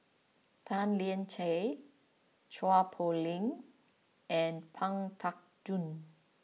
Tan Lian Chye Chua Poh Leng and Pang Teck Joon